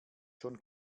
schon